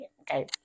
Okay